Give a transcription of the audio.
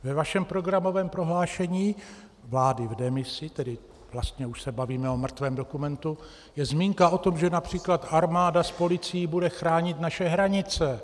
Ve vašem programovém prohlášení vlády v demisi, tedy vlastně už se bavíme o mrtvém dokumentu, je zmínka o tom, že například armáda s policií bude chránit naše hranice.